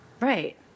Right